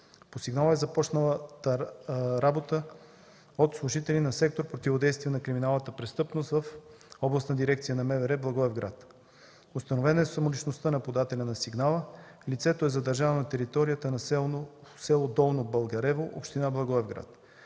По сигнала е започната работа от служители на сектора „Противодействие на криминалната престъпност” в Областна дирекция на МВР – Благоевград. Установена е самоличността на подателя на сигнала. Лицето е задържано на територията на село Долно Българево – община Благоевград.